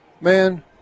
man